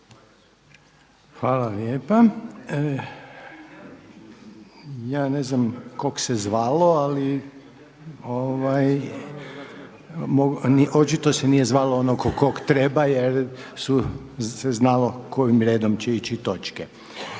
Hvala lijepa. Ja ne znam kog se zvalo ali očito se nije zvalo onog kog treba jer se znalo kojim redom će ići točke.